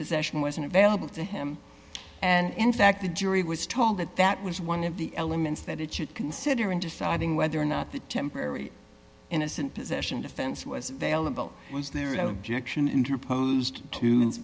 possession wasn't available to him and in fact the jury was told that that was one of the elements that it should consider in deciding whether or not the temporary innocent position defense was available was there an interpo